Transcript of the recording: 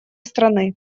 страны